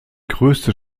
größte